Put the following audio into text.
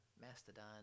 mastodon